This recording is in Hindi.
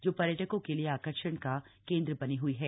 जो पर्यटकों के लिए आकर्षण का केन्द्र बनी हई है